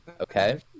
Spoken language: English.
Okay